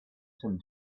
tim